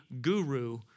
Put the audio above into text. guru